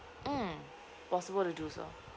mm possible to do so